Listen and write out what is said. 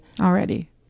already